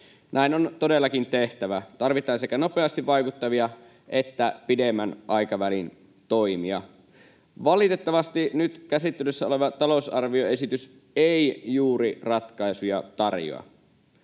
Näin on todellakin tehtävä. Tarvitaan sekä nopeasti vaikuttavia että pidemmän aikavälin toimia. Valitettavasti nyt käsittelyssä oleva talousarvioesitys ei juuri ratkaisuja tarjoa.